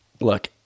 look